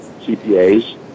CPAs